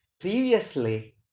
Previously